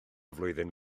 flwyddyn